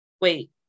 wait